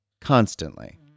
constantly